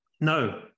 No